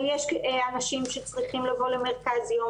אבל יש אנשים שצריכים לבוא למרכז יום